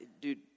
dude